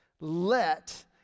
Let